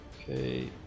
Okay